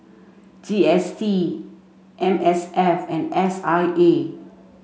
G S T M S F and S I A